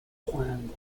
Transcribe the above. planned